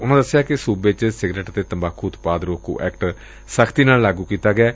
ਉਨਾਂ ਦਸਿਆ ਕਿ ਸੁਬੇ ਚ ਸਿਗਰੇਟ ਤੇ ਤੰਬਾਕੁ ਉਤਪਾਦ ਰੋਕੁ ਐਕਟ ਸਖ਼ਤੀ ਨਾਲ ਲਾਗੁ ਕੀਤਾ ਗਿਐ